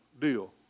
deal